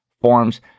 forms